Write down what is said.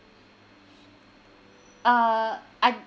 uh I